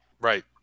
Right